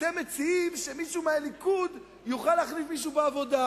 אתם מציעים שמישהו מהליכוד יוכל להחליף מישהו בעבודה,